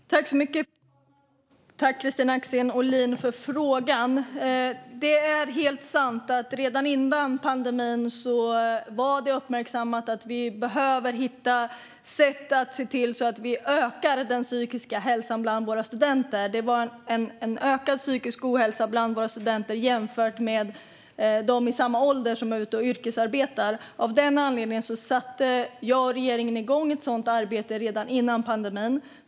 Fru talman! Tack, Kristina Axén Olin, för frågan! Det är helt sant att det redan före pandemin var uppmärksammat att vi behöver hitta sätt att öka den psykiska hälsan bland våra studenter. Det var en ökad psykisk ohälsa bland våra studenter jämfört med de yrkesarbetande i samma ålder. Av den anledningen satte jag och regeringen igång ett sådant arbete redan före pandemin.